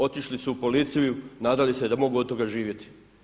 Otišli su u policiju i nadali se da mogu od toga živjeti.